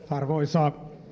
arvoisa